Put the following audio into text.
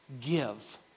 give